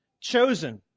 chosen